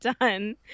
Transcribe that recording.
done